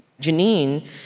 Janine